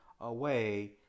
away